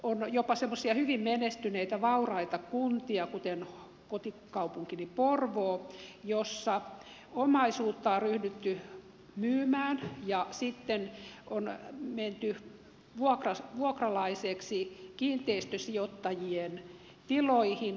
on jopa semmoisia hyvin menestyneitä vauraita kuntia kuten kotikaupunkini porvoo jossa omaisuutta on ryhdytty myymään ja sitten on menty vuokralaiseksi kiinteistösijoittajien tiloihin kymmeniksi vuosiksi